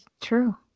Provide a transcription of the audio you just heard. true